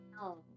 No